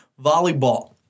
Volleyball